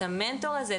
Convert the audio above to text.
את המנטור הזה,